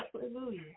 Hallelujah